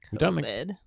COVID